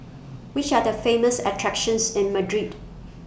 Which Are The Famous attractions in Madrid